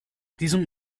diesem